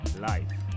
Life